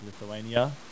Lithuania